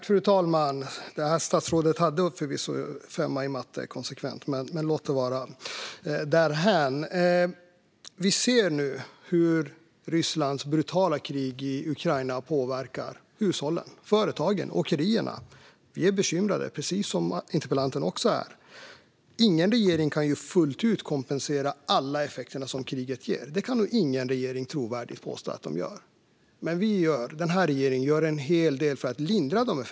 Fru talman! Det här statsrådet hade förvisso konsekvent femma i matte, men vi lämnar det därhän. Vi ser nu hur Rysslands brutala krig i Ukraina påverkar hushållen, företagen och åkerierna. Vi är bekymrade, precis som interpellanten också är. Ingen regering kan fullt ut kompensera alla effekter som kriget ger. Det kan ingen regering trovärdigt påstå att den gör. Men vår regering gör en hel del för att lindra effekterna.